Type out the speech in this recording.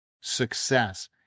success